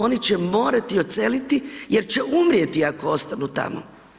Oni će morati odseliti jer će umrijeti ako ostanu tamo.